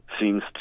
seems